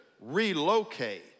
relocate